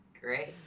great